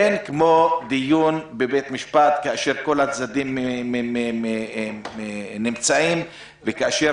אין כמו דיון בבית משפט כאשר כל הצדדים נמצאים וכאשר